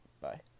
Bye